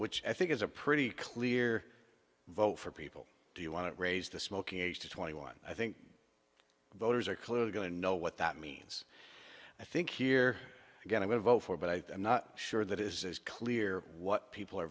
which i think is a pretty clear vote for people do you want to raise the smoking age to twenty one i think voters are clearly going to know what that means i think here again i would vote for but i'm not sure that is clear what people are